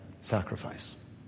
sacrifice